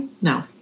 no